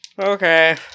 Okay